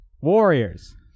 Warriors